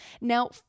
Now